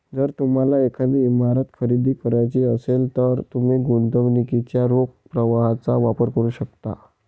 जर तुम्हाला एखादी इमारत खरेदी करायची असेल, तर तुम्ही गुंतवणुकीच्या रोख प्रवाहाचा वापर करू शकता